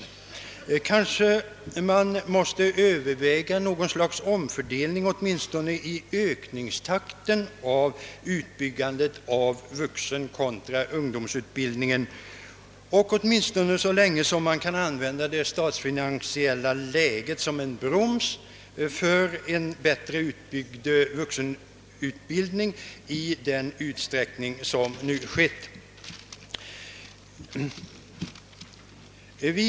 Vi måste måhända överväga något slags omfördelning, åtminstone i fråga om ökningstakten när det gäller utbyggandet av vuxenutbildningen kontra ung domsutbildningen, i varje fall så länge man kan använda det statsfinansiella läget som broms för en bättre utbyggd vuxenutbildning i den utsträckning som nu skett.